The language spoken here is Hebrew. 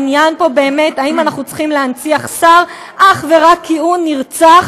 העניין פה הוא באמת אם אנחנו צריכים להנציח שר אך ורק כי הוא נרצח,